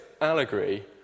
allegory